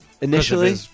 initially